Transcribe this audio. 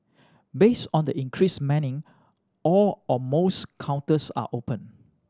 based on the increased manning all or most counters are open